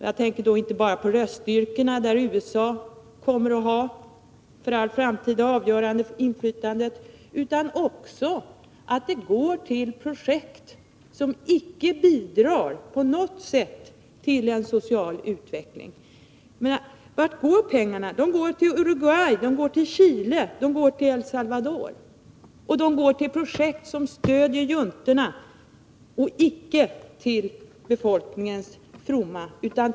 Jag tänker inte bara på röststyrkan, där USA kommer att för all framtid ha det avgörande inflytandet, utan också på att stödet går till projekt som icke på något sätt bidrar till en social utveckling. Vart går pengarna? De går till Uruguay, Chile och El Salvador, och de går till projekt som stöder juntorna och icke till befolkningens fromma.